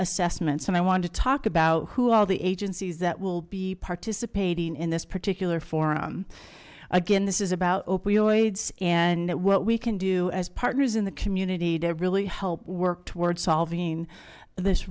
assessments and i want to talk about who all the agencies that will be participating in this particular forum again this is about opioids and what we can do as partners in the community to really help work towards solving this